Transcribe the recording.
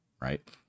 right